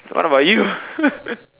what about you